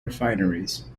refineries